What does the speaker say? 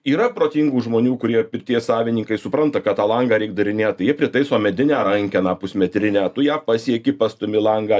yra protingų žmonių kurie pirties savininkai supranta kad tą langą reik darinėt jie pritaiso medinę rankeną pusmetrinę tu ją pasieki pastumi langą